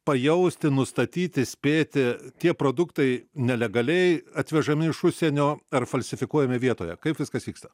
pajausti nustatyti spėti tie produktai nelegaliai atvežami iš užsienio ar falsifikuojami vietoje kaip viskas vyksta